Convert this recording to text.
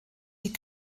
die